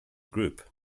group